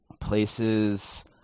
places